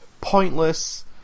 pointless